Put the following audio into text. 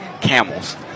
Camels